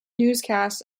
newscasts